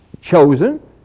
Chosen